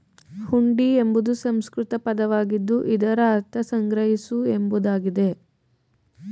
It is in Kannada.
ಹುಂಡಿ ಎಂಬುದು ಸಂಸ್ಕೃತ ಪದವಾಗಿದ್ದು ಇದರ ಅರ್ಥ ಸಂಗ್ರಹಿಸು ಎಂಬುದಾಗಿದೆ